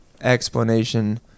explanation